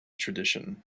tradition